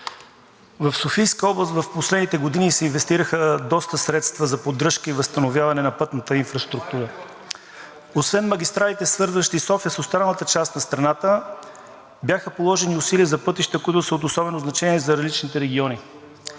В Софийска област в последните години се инвестираха доста средства за поддръжка и възстановяване на пътната инфраструктура. Освен магистралите, свързващи София с останалата част на страната, бяха положени усилия за пътища, които са от особено значение за различните региони.